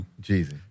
Jesus